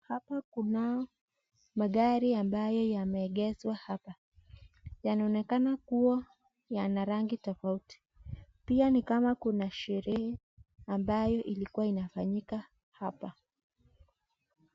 Hapa kunao magari ambayo yameegezwa hapa, yanaonekana kua yanarangi tofauti, pia nikama kuna sherehe ambayo ilikua inafanyika hapa.